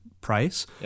price